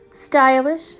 stylish